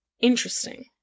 interesting